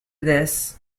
this